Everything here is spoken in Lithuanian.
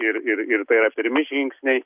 ir ir ir tai yra pirmi žingsniai